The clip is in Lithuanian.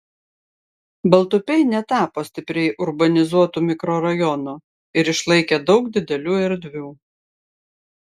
baltupiai netapo stipriai urbanizuotu mikrorajonu ir išlaikė daug didelių erdvių